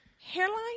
Hairline